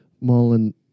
Mullen